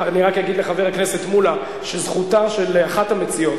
אני רק אגיד לחבר הכנסת מולה שזכותה של אחת המציעות,